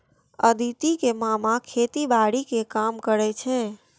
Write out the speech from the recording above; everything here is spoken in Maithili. अदिति के मामा खेतीबाड़ी के काम करै छै